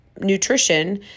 nutrition